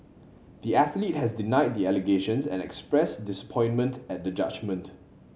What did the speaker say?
the athlete has denied the allegations and expressed disappointment at the judgment